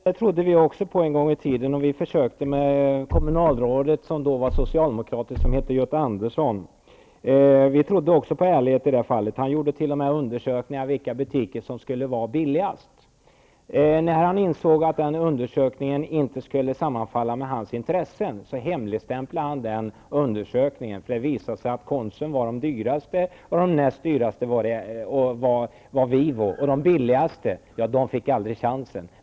Fru talman! Det trodde vi också på en gång i tiden. Vi försökte med kommunalrådet, som då var socialdemokrat och hette Göte Andersson. Vi trodde också på ärlighet. Han gjorde t.o.m. en undersökning om vilka butiker som skulle vara billigast. När han insåg att resultatet av undersökningen inte skulle sammanfalla med hans intressen hemligstämplade han det. Det visade sig att Konsum var dyrast och näst dyrast var Vivo. De som var billigast fick aldrig chansen.